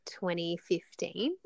2015